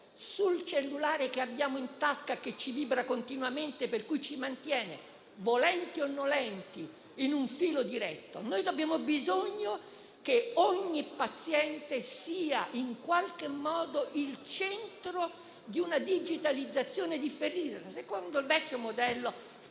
sul cellulare che abbiamo in tasca, che vibra continuamente mantenendoci, volenti o nolenti, collegati a un filo diretto. Noi abbiamo bisogno che ogni paziente sia, in qualche modo, il centro di una digitalizzazione differita, secondo il vecchio modello *hub